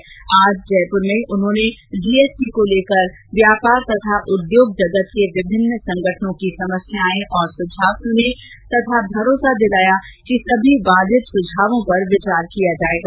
उन्होंने आज जयपूर में जीएसटी को लेकर व्यापार और उद्योग जगत के विभिन्न संगठनों की समस्याए और सुझाव सुने तथा भरोसा दिलाया कि सभी वाजिब सुझावों पर विचार किया जायेगा